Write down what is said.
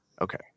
Okay